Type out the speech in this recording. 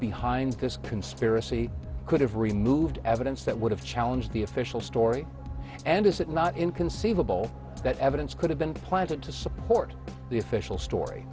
behind this conspiracy could have removed evidence that would have challenge the official story and is it not inconceivable that evidence could have been planted to support the official story